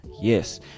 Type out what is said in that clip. yes